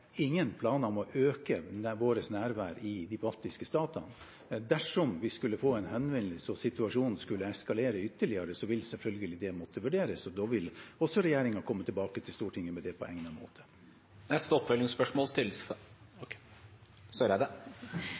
ingen planer om å øke vårt nærvær i de baltiske statene. Dersom vi skulle få en henvendelse og situasjonen skulle eskalere ytterligere, vil selvfølgelig det måtte vurderes, og da vil også regjeringen komme tilbake til Stortinget med det på egnet måte. Ine Eriksen Søreide – til